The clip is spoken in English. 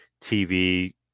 TV